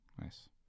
Nice